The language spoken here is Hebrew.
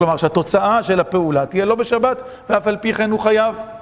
כלומר שהתוצאה של הפעולה תהיה לא בשבת, ואף על פי כן הוא חייב.